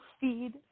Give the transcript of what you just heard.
feed